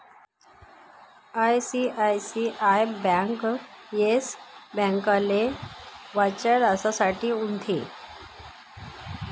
ICICI bank Yes ब्यांकले वाचाडासाठे उनथी